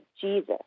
Jesus